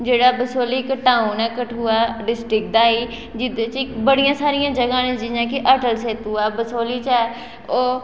जेह्ड़ा बसोली इक टाउन ऐ कठुआ डिस्ट्रिक्ट दा जेह्दे च इक बड़ियां सारियां जगह् न जियां कि अटल सेतु ऐ बसोली च ऐ ओह्